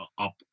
up